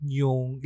yung